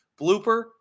blooper